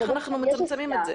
איך אנחנו מצמצמים את זה?